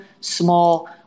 small